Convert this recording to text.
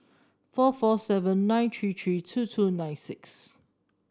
four four seven nine three three two two nine six